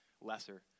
lesser